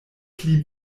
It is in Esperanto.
pli